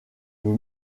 nous